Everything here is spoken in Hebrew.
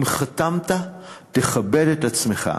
אם חתמת, תכבד את עצמך.